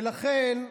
ולכן,